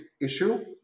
issue